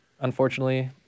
unfortunately